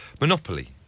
Monopoly